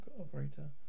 operator